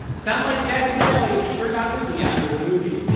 sounds like jack and sally sure got busy after the movie.